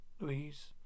Louise